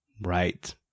Right